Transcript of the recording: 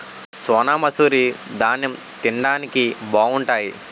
సోనామసూరి దాన్నెం తిండానికి బావుంటాయి